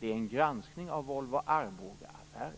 Det är en granskning av Volvo-Arboga-affären.